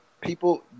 people